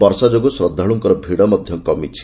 ବର୍ଷା ଯୋଗୁଁ ଶ୍ରଦ୍ଧାଳୁଙ୍କର ଭିଡ଼ ମଧ୍ଧ କମିଛି